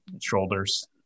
shoulders